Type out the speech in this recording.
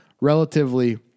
relatively